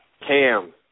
Cam